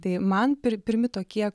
tai man pir pirmi tokie